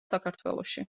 საქართველოში